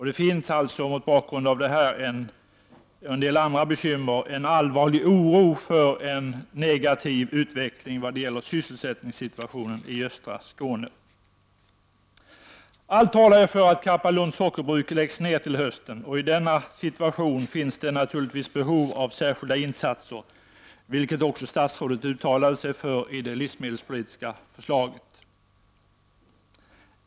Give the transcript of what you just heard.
Det finns alltså mot bakgrund av det här en allvarlig oro för en negativ utveckling vad gäller sysselsättningssituationen i östra Skåne. Allt talar för att Karpalunds Sockerbruk läggs ned till hösten. I denna situation finns det naturligtvis behov av särskilda insatser, vilket också statsrådet uttalade sig för i det livsmedelspolitiska förslaget.